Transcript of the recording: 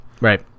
Right